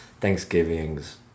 Thanksgivings